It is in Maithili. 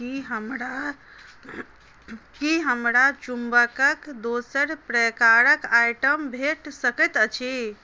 की हमरा चुम्बकक दोसर प्रकारक आइटम भेट सकैत अछि